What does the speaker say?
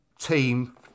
team